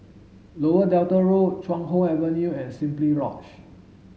Lower Delta Road Chuan Hoe Avenue and Simply Lodge